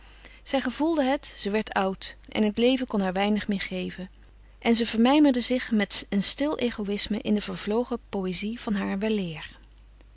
zij gevoelde het ze werd oud en het leven kon haar weinig meer geven en ze vermijmerde zich met een stil egoïsme in de vervlogen poëzie van haar weleer